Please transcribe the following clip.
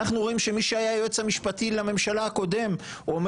אנחנו רואים שמי שהיה היועץ המשפטי לממשלה הקודם אומר